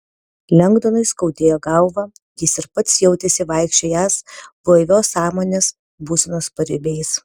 lengdonui skaudėjo galvą jis ir pats jautėsi vaikščiojąs blaivios sąmonės būsenos paribiais